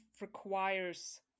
requires